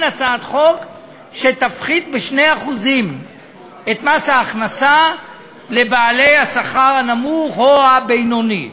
הצעת חוק שתפחית ב-2% את מס ההכנסה לבעלי השכר הנמוך והבינוני.